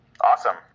awesome